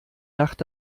nacht